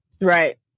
Right